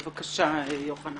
בבקשה, יוחנן.